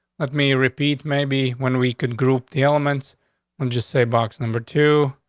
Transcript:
let me repeat. maybe when we could group the elements when just say box number two,